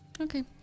Okay